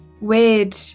weird